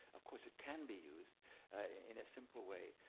of course, it can be used in a simple way.